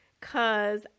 Cause